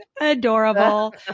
adorable